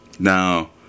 Now